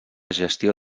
gestió